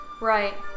Right